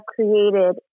created